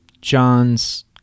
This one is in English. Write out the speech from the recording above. John's